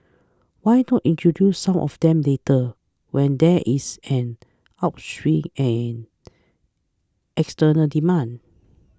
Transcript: why not introduce some of them later when there is an upswing in external demand